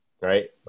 right